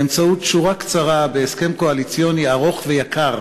באמצעות שורה קצרה בהסכם קואליציוני ארוך ויקר